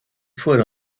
foot